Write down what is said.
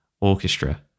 orchestra